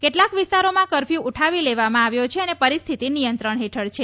કેટલાંક વિસ્તારોમાં કરફ્યુ ઉઠાવી લેવામાં આવ્યો છે અને પરિસ્થિતિ નિયંત્રણ હેઠળ છે